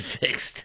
fixed